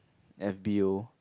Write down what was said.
F_B_O